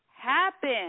happen